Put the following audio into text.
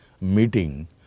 meeting